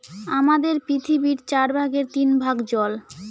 আমাদের পৃথিবীর চার ভাগের তিন ভাগ জল